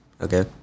Okay